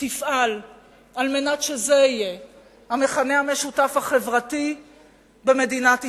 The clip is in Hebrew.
תפעל על מנת שזה יהיה המכנה המשותף החברתי במדינת ישראל,